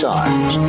Times